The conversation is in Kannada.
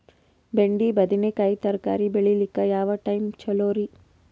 ಬೆಂಡಿ ಬದನೆಕಾಯಿ ತರಕಾರಿ ಬೇಳಿಲಿಕ್ಕೆ ಯಾವ ಟೈಮ್ ಚಲೋರಿ?